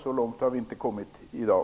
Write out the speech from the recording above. Så långt har vi inte kommit i dag.